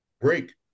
break